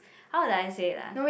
how do I say ah